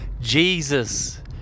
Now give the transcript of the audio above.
Jesus